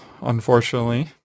unfortunately